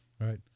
Right